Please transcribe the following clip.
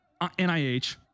NIH